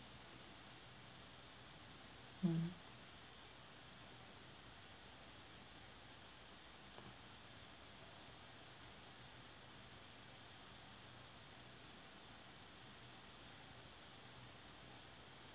mm